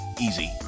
Easy